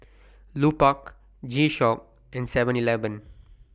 Lupark G Shock and Seven Eleven